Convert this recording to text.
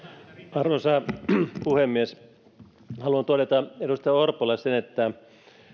arvoisa puhemies haluan todeta edustaja orpolle sen että nyt